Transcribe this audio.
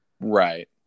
Right